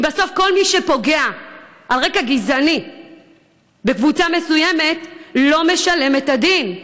אם בסוף כל מי שפוגע על רקע גזעני בקבוצה מסוימת לא משלם את הדין?